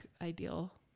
ideal